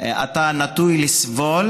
אתה נוטה יותר לסבול